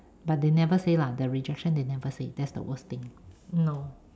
but they never say lah the rejection they never say that's the worst thing !hannor!